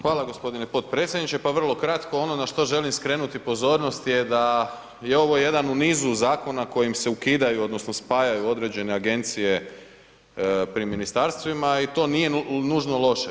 Hvala gospodine potpredsjedniče, pa vrlo kratko, ono na što želim skrenuti pozornost je da je ovo jedan u nizu zakona kojim se ukidaju, odnosno spajaju određene agencije pri ministarstvima i to nije nužno loše.